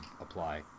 apply